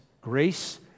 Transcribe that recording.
grace